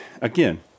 again